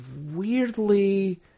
weirdly